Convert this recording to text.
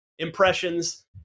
impressions